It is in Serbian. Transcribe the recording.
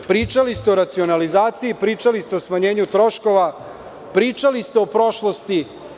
Pričali ste o racionalizaciji, pričali ste o smanjenju troškova, pričali ste o prošlosti.